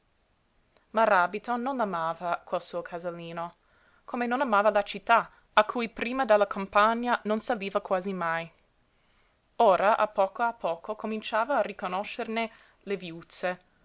piú maràbito non l'amava quel suo casalino come non amava la città a cui prima dalla campagna non saliva quasi mai ora a poco a poco cominciava a riconoscerne le viuzze